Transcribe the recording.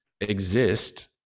exist